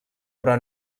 però